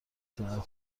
ساعت